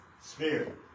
spirit